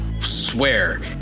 swear